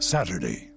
Saturday